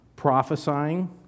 prophesying